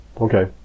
Okay